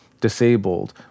disabled